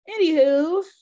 anywho